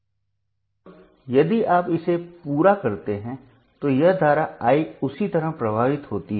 अब यदि आप इसे पूरा करते हैं तो यह धारा I उसी तरह प्रवाहित होती है